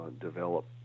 develop